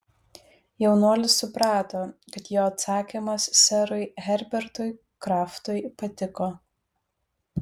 jaunuolis suprato kad jo atsakymas serui herbertui kraftui patiko